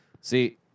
See